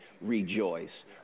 rejoice